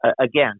again